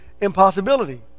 impossibility